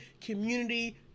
community